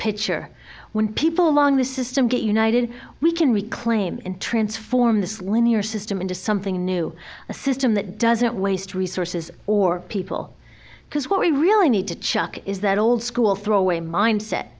picture when people along the system get united we can reclaim and transform this linear system into something new a system that doesn't waste resources or people because what we really need to check is that old school throw away mindset